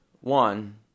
One